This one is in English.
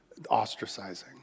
ostracizing